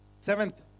Seventh